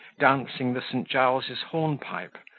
dancing the st. giles's hornpipe,